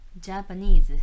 Japanese